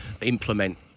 implement